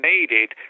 needed